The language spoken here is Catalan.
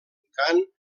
gant